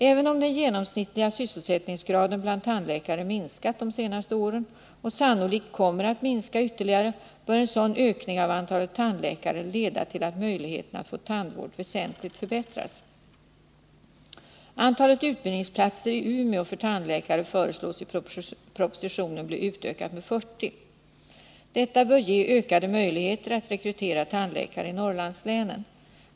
Även om den genomsnittliga sysselsättningsgraden bland tandläkare minskat de senaste åren och sannolikt kommer att minska ytterligare, bör en sådan ökning av antalet tandläkare leda till att möjligheterna att få tandvård väsentligt förbättras. Antalet utbildningsplatser i Umeå för tandläkare föreslås i propositionen bli utökat med 40. Detta bör ge ökade möjligheter att rekrytera tandläkare i Norrlandslänen.